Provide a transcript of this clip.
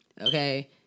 Okay